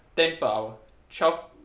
ten per hour twelve